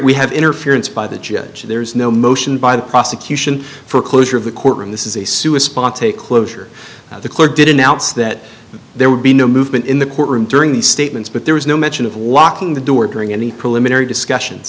we have interference by the judge there is no motion by the prosecution for closure of the courtroom this is a sou a spot to closure the court did announce that there would be no movement in the courtroom during statements but there was no mention of locking the door during any preliminary discussions